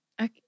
Okay